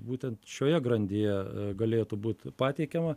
būtent šioje grandyje galėtų būt pateikiama